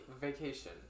vacation